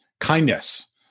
kindness